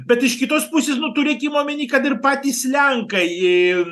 bet iš kitos pusės nu turėkim omeny kad ir patys lenkai į